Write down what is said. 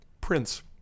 Prince